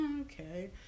okay